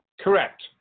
Correct